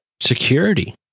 Security